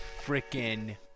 freaking